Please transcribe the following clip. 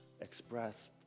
express